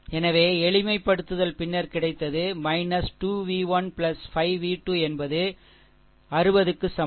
எனவே எளிமைப்படுத்துதல் பின்னர் கிடைத்தது 2 v 1 5 v 2 என்பது 60 க்கு சமம்